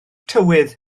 tywydd